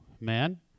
man